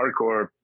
hardcore